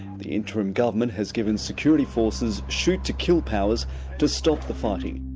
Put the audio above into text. the interim government has given security forces shoot-to-kill powers to stop the fighting.